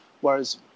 Whereas